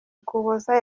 ukuboza